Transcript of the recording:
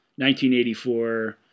1984